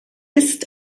ist